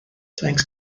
thanks